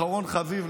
אחרון חביב,